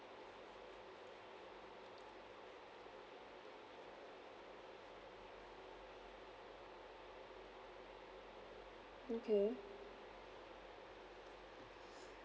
okay